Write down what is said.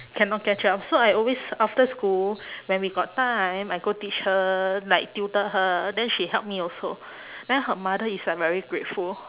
cannot catch up so I always after school when we got time I go teach her like tutor her then she help me also then her mother is like very grateful